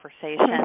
conversation